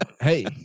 Hey